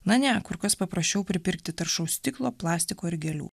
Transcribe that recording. na ne kur kas paprasčiau pripirkti taršaus stiklo plastiko ir gėlių